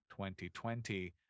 2020